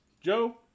Joe